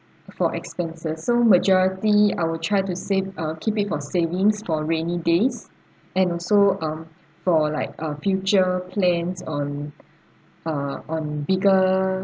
for expenses so majority I will try to save ah keep it for savings for rainy days and also um for like ah future plans on uh on bigger